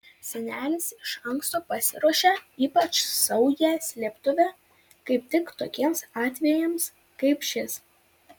senelis iš anksto pasiruošė ypač saugią slėptuvę kaip tik tokiems atvejams kaip šis